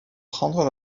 prendre